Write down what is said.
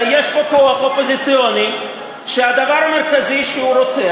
הרי יש פה כוח אופוזיציוני שהדבר המרכזי שהוא רוצה,